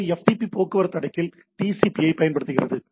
எனவே ஒரு FTP போக்குவரத்து அடுக்கில் TCP ஐப் பயன்படுத்துகிறது